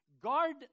Guard